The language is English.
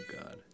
god